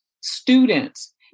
students